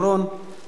של האיחוד הלאומי,